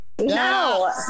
No